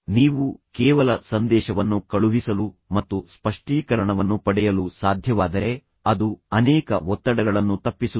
ನೀವು ಕೇವಲ ಸಂದೇಶವನ್ನು ಕಳುಹಿಸಲು ಮತ್ತು ಸ್ಪಷ್ಟೀಕರಣವನ್ನು ಪಡೆಯಲು ಸಾಧ್ಯವಾದರೆ ಅದು ಅನೇಕ ಒತ್ತಡಗಳನ್ನು ತಪ್ಪಿಸುತ್ತದೆ